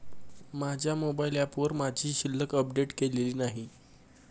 माझ्या मोबाइल ऍपवर माझी शिल्लक अपडेट केलेली नाही